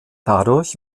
dadurch